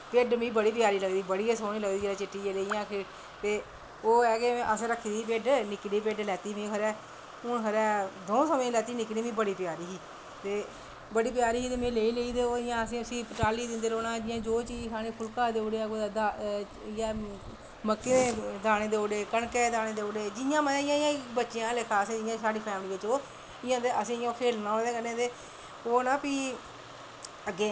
भिड्ड मिगी बड़ी प्यारी लगदी बड़ी स्हेई सकदी चिट्टी जेही ते ओह् ऐ कि असें रक्खी दी भिड्ड निक्की जेही भिड्ड लैत्ती ही में खबरै दऊं सवें दी लैत्ती ही मिगी बड़ी प्यारी ही ते बड़ी प्यारी ही ते में ओह् लेई लेई ते असैं उसी पराली दिंदे रौह्ना जो किश पुल्का देई ओड़ेआ कुदै इयै मक्कें दे दाने देई ओड़े कनके दे दाने देई ओड़े इयां बच्चें आह्ला लेक्खा साढ़ी फैमली च ओह् असें इयां खेलना ओह्दे कन्नै ते ओह् ना फ्ही अग्गैं